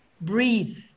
breathe